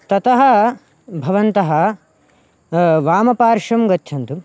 ततः भवन्तः वामपार्श्वं गच्छन्तु